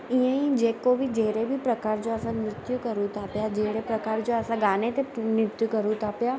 ईअं ई जेको बि जहिड़े बि प्रकार जो असां नृत्य कयूं था पिया जहिड़े प्रकार जा असां गाने ते नृत्य कयूं था पिया